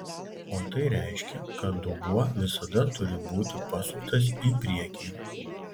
o tai reiškia kad dubuo visada turi būti pasuktas į priekį